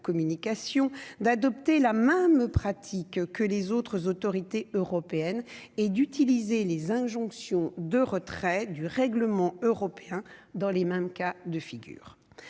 d'adopter la même pratique que les autres autorités européennes et d'utiliser les injonctions de retrait du règlement européen dans les même cas de figure